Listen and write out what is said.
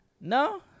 No